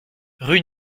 rue